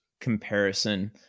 comparison